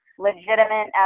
legitimate